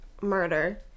murder